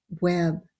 web